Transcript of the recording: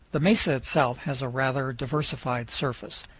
the mesa itself has a rather diversified surface.